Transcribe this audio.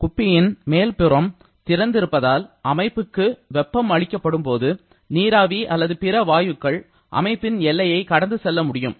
குப்பையின் மேற்புறம் திறந்திருப்பதால் அமைப்புக்கு வெப்பம் அளிக்கப்படும் போது நீராவி அல்லது பிற வாயுக்கள் அமைப்பின் எல்லையை கடந்து செல்ல முடியும்